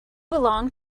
belong